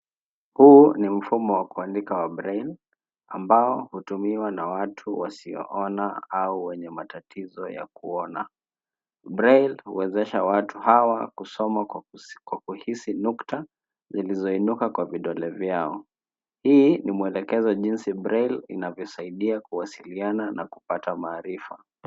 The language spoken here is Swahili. Huu ni mfumo wa kuandika wa braille , ambao hutumiwa na watu wasioona au wenye matatizo ya kuona. Braille huwezesha watu hawa kusoma kwa kuhisi nukta zilizoinuka kwa vidole vyao. Hii ni mwelekezo jinsi braille inavyosaidia kuwasiliana na kupata maarifa.